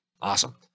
Awesome